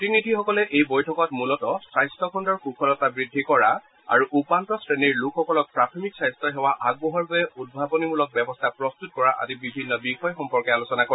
প্ৰতিনিধিসকলে এই বৈঠকত মূলতঃ স্বাস্থগণৰ কুশলতা বৃদ্ধি কৰা আৰু উপান্ত শ্ৰেণীৰ লোকসকলক প্ৰাথমিক স্বাস্থ্য সেৱা আগবঢ়োৱাৰ বাবে উদ্ভাৱনীমূলক ব্যৱস্থা প্ৰস্তত কৰা আদি বিভিন্ন বিষয় সম্পৰ্কে আলোচনা কৰে